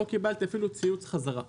לא קיבלתי אפילו ציוץ חזרה.